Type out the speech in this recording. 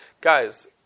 guys